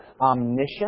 omniscient